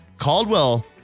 caldwell